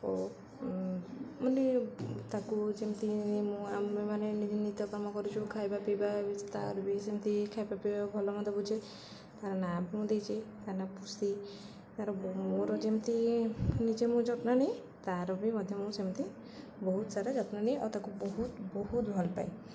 ଓ ମାନେ ତାକୁ ଯେମିତି ମୁଁ ଆମେ ମାନେ ନିତ୍ୟକର୍ମ କରିଛୁ ଖାଇବା ପିଇବା ତା'ର ବି ସେମିତି ଖାଇବା ପିଇବା ଭଲ ମନ୍ଦ ବୁଝେ ତା'ର ନାଁ ମୁଁ ଦେଇଛି ତା' ନାଁ ପୁଷି ତା'ର ମୋର ଯେମିତି ନିଜେ ମୁଁ ଯତ୍ନ ନିଏ ତା'ର ବି ମଧ୍ୟ ମୁଁ ସେମିତି ବହୁତ ସାରା ଯତ୍ନ ନିଏ ଆଉ ତାକୁ ବହୁତ ବହୁତ ଭଲ ପାଏ